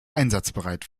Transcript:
einsatzbereit